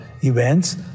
events